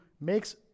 makes